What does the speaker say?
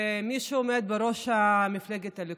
ולמי שעומד בראש מפלגת הליכוד.